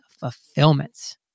fulfillment